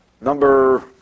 number